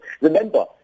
Remember